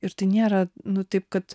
ir tai nėra nu taip kad